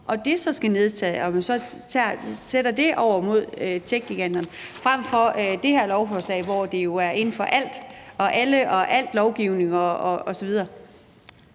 og så skal nedtages, og så sætte det op mod techgiganterne – frem for det her lovforslag, hvor det jo er inden for al lovgivning osv.